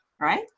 right